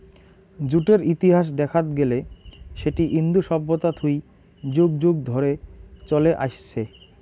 জুটের ইতিহাস দেখাত গেলে সেটি ইন্দু সভ্যতা থুই যুগ যুগ ধরে চলে আইসছে